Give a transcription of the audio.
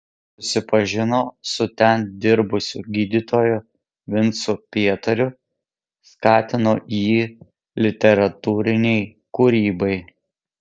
susipažino su ten dirbusiu gydytoju vincu pietariu skatino jį literatūrinei kūrybai